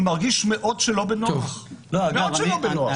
אני מרגיש מאוד לא בנוח, מאוד לא בנוח.